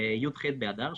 י"ח באדר,